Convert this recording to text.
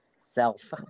self